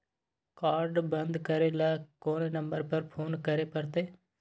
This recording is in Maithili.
कार्ड बन्द करे ल कोन नंबर पर फोन करे परतै?